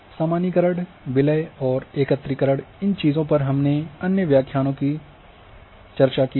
सामान्यीकरण विलय और एकत्रीकरण इन चीजों पर हमने अन्य व्याख्यानों में चर्चा की है